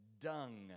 Dung